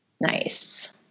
nice